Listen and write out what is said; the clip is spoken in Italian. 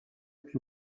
più